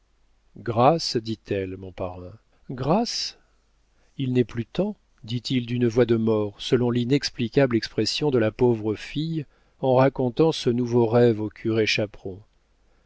grâce dit-elle mon parrain grâce il n'est plus temps dit-il d'une voix de mort selon l'inexplicable expression de la pauvre fille en racontant ce nouveau rêve au curé chaperon